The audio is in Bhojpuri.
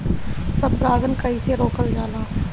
स्व परागण कइसे रोकल जाला?